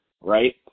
right